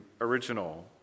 original